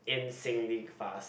insanely fast